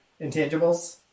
intangibles